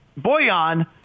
Boyan